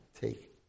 take